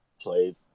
played